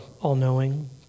all-knowing